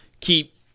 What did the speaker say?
keep